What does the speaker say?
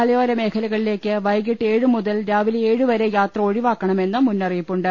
മലയോര മേഖലകളിലേക്ക് വൈകിട്ട് ഏഴുമുതൽ രാവിലെ ഏഴുവരെ യാത്ര ഒഴിവാക്കണമെന്ന് മുന്നറി യിപ്പുണ്ട്